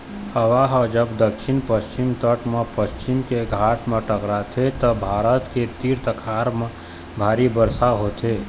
हवा ह जब दक्छिन पस्चिम तट म पश्चिम के घाट म टकराथे त भारत के तीर तखार म भारी बरसा होथे